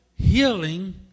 healing